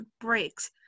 breaks